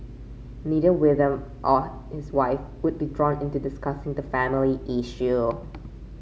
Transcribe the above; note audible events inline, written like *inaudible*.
neither William nor his wife would be drawn into discussing the family *unintelligible*